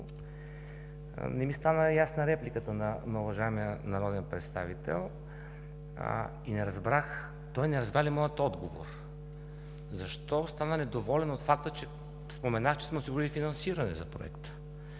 не ми стана ясна репликата на уважаемия народен представител. И не разбрах, той не разбра ли моя отговор? Защо остана недоволен от факта, че споменах, че сме осигурили финансиране за проекта?